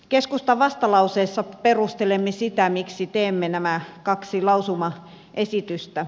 keskustan vastalauseessa perustelemme sitä miksi teemme nämä kaksi lausumaesitystä